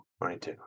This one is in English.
right